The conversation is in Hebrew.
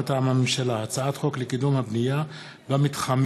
מטעם הממשלה: הצעת חוק לקידום הבנייה במתחמים